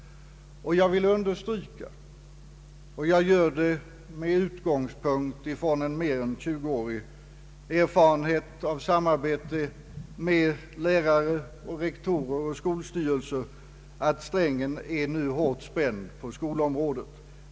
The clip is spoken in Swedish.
Jag vill understryka, och jag gör det med utgångspunkt från en mer än tjuguårig erfarenhet av samarbete med lärare, rektorer och skolstyrelser, att strängen nu är hårt spänd på skolområdet.